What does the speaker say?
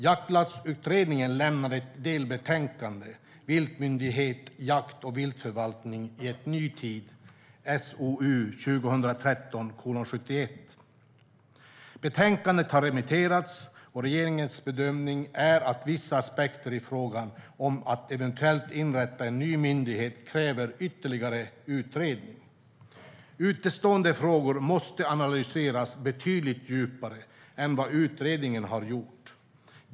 Jaktlagsutredningen lämnade ett delbetänkande Viltmyndighet - jakt och viltförvaltning i en ny tid , SOU 2013:71. Betänkandet har remitterats, och regeringens bedömning är att vissa aspekter i fråga om att eventuellt inrätta en ny myndighet kräver ytterligare utredning. Utestående frågor måste analyseras betydligt djupare än vad utredningen har gjort.